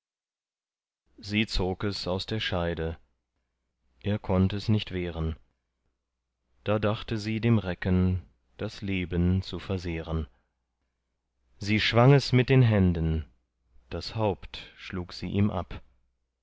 sie zog es aus der scheide er konnt es nicht wehren da dachte sie dem recken das leben zu versehren sie schwang es mit den händen das haupt schlug sie ihm ab